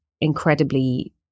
incredibly